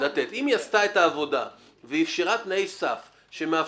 שהם שמו גודל